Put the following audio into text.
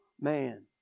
man